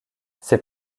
ses